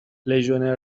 لژیونر